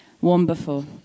Wonderful